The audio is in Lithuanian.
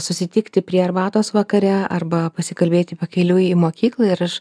susitikti prie arbatos vakare arba pasikalbėti pakeliui į mokyklą ir aš